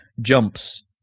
jumps